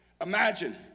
Imagine